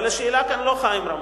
אבל השאלה כאן לא חיים רמון,